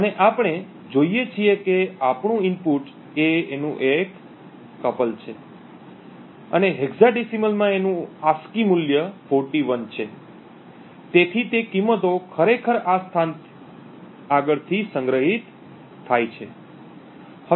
અને આપણે જોઈએ છીએ કે આપણું ઇનપુટ એ એનું એક કપલ છે અને હેક્સાડેસિમલમાં એનું ASCII મૂલ્ય 41 છે તેથી તે કિંમતો ખરેખર આ સ્થાનથી આગળથી સંગ્રહિત થાય છે